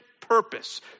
purpose